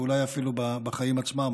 ואולי אפילו בחיים עצמם.